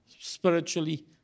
Spiritually